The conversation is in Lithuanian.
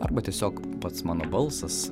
arba tiesiog pats mano balsas